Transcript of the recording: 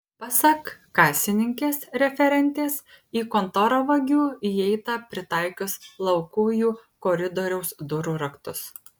pasak kasininkės referentės į kontorą vagių įeita pritaikius laukujų koridoriaus durų raktus